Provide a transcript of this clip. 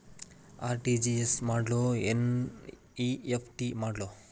RTGS ಮಾಡ್ಲೊ NEFT ಮಾಡ್ಲೊ?